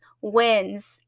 wins